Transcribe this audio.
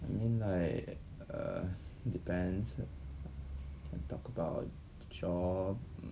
you mean like err depends and talk about job